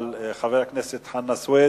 אבל חבר הכנסת חנא סוייד,